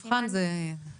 יש לנו הבוקר דיון חשוב מאוד.